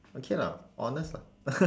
okay lah honest lah